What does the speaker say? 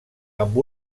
amb